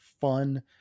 fun